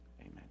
Amen